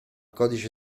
codice